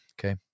okay